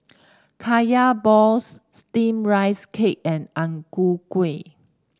Kaya Balls steamed Rice Cake and Ang Ku Kueh